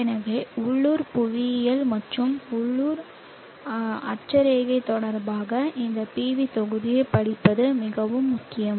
எனவே உள்ளூர் புவியியல் மற்றும் உள்ளூர் அட்சரேகை தொடர்பாக இந்த PV தொகுதியைப் படிப்பது மிகவும் முக்கியம்